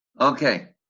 Okay